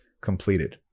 completed